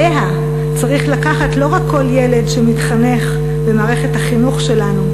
אליה צריך לקחת לא רק כל ילד שמתחנך במערכת החינוך שלנו,